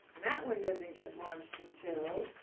that one doesn't get launched until